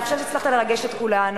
אני חושבת שהצלחת לרגש את כולנו,